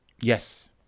Yes